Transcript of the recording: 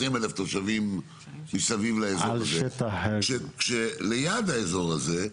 20,000 תושבים מסביב לאזור הזה כשליד האזור הזה,